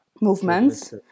movements